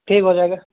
ٹھیک ہو جائے گا